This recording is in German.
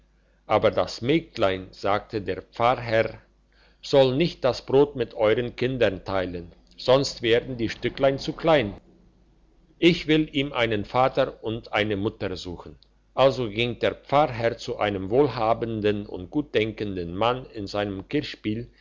aber das mägdlein sagte der pfarrherr soll nicht das brot mit euern kindern teilen sonst werden die stücklein zu klein ich will ihm einen vater und eine mutter suchen also ging der pfarrherr zu einem wohlhabenden und gutdenkenden mann in seinem